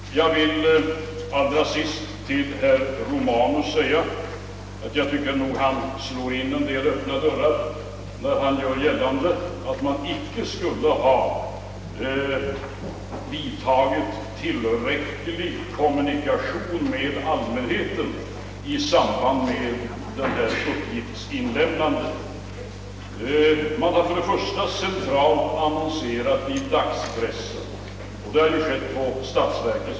Allra sist vill jag säga till herr Romanus att jag nog tycker att han slår in en del öppna dörrar när han gör gällande att kommunikationerna med allmänheten i samband med uppgiftsinlämtåandet inte skulle ha varit tillräckliga. Man har för det första på statsverkets bekostnad centralt annonserat i dagspressen.